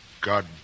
God